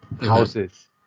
houses